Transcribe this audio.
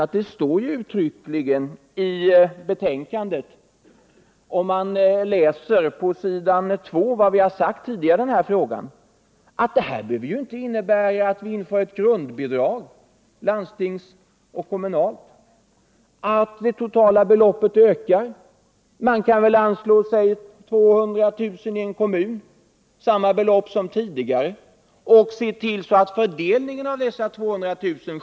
Men det står uttryckligen på s. 2 i betänkandet, under rubriken Frågans tidigare behandling, att det förhållandet att vi i landsting och i kommuner inför ett grundbidrag inte behöver innebära att det totala beloppet ökar. Man kan i en kommun anslå samma belopp som tidigare, t.ex. 200 000 kr., och se till att fördelningen av dessa 200 000 kr.